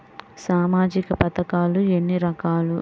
సామాజిక పథకాలు ఎన్ని రకాలు?